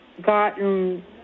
gotten